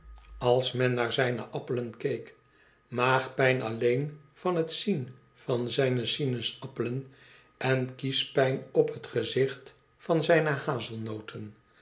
als men naar zijne appelen keek maagpijn alleen van het zien van zijne sinaasappelen en kiespijn op het gezicht van zijne